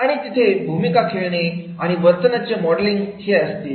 आणि तिथे भूमिका खेळणे आणि वर्तनाचे मॉडेलिंग हे असतील